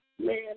man